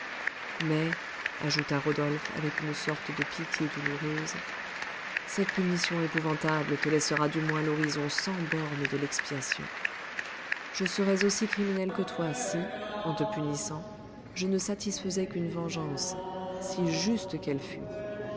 mais ajouta rodolphe avec une sorte de pitié douloureuse cette punition épouvantable te laissera du moins l'horizon sans bornes de l'expiation je serais aussi criminel que toi si en te punissant je ne satisfaisais qu'une vengeance si juste qu'elle fût